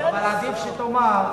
אבל עדיף שתאמר,